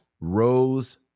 rose